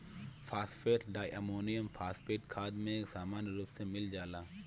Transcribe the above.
phosphate diammonium phosphate खाद में सामान्य रूप से मिल जाला